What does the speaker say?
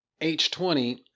H20